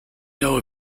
know